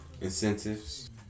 incentives